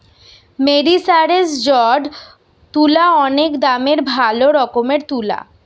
মেরিসারেসজড তুলা অনেক দামের ভালো রকমের তুলা